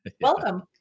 welcome